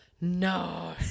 No